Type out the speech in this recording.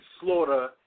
slaughter